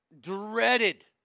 dreaded